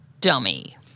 dummy